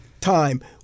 time